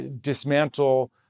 dismantle